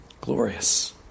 Glorious